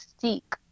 seek